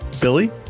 Billy